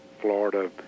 Florida